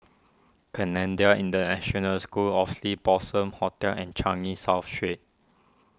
Canadian International School Oxley Blossom Hotel and Changi South Street